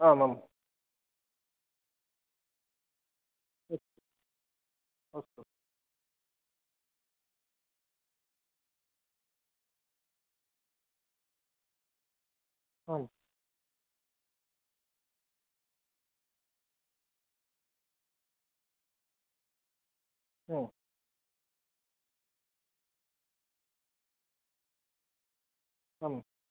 आमाम् अस्तु आम् ओ आम्